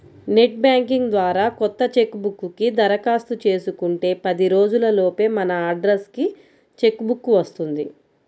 net banking ద్వారా కొత్త cheque book కి దరఖాస్తు చేసుకుంటే పది రోజుల లోపే మన అడ్రస్ కి చెక్ బుక్ వస్తుంది